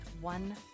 one